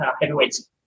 heavyweights